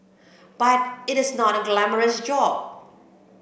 but it is not a glamorous job